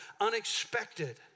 unexpected